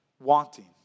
Wanting